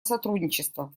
сотрудничества